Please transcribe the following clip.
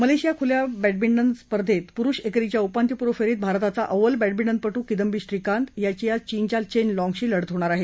Malaysia खुल्या badminton स्पर्धेत पुरुष एकेरीच्या उपांत्यपूर्व फेरीत भारताचा अव्वल बॅडमिंटनपटू किदांबी श्रीकांत याची आज चीनच्या चेन लाँगशी लढत होणार आहे